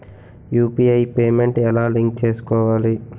UPI payment ఎలా link చేసుకోవాలి?